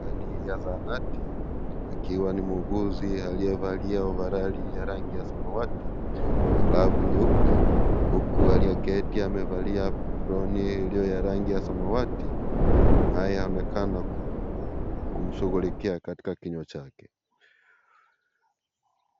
Aina ya zahanati akiwa ni muuguzi aliyevalia ovarali ya rangi ya samawati na glavu nyeupe huku aliyeketi amevalia aproni iliyo ya rangi ya samawati; naye amekaa na kumshughulikia katika kinywa chake.